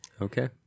Okay